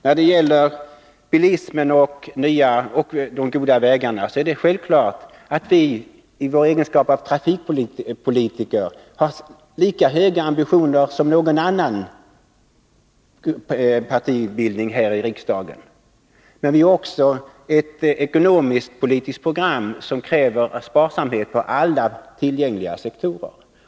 När det gäller bilismen och de goda vägarna är det självklart att vi i vår egenskap av trafikpolitiker har lika höga ambitioner som någon annan gruppbildning här i riksdagen. Men vi har också ett ekonomisk-politiskt program som kräver sparsamhet inom alla tillgängliga sektorer.